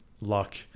luck